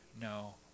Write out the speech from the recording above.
no